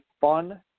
fun